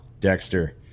dexter